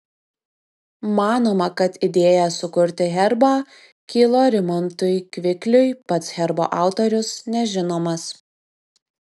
manoma kad idėja sukurti herbą kilo rimantui kvikliui pats herbo autorius nežinomas